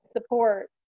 support